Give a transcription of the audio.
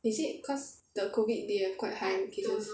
is it cause the COVID they have quite high cases